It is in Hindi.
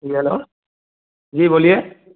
जी हैलो जी बोलिए